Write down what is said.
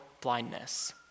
blindness